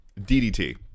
DDT